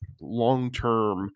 long-term